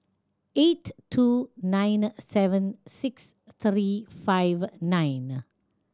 eight two nine seven six three five nine